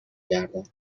گردم